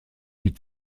die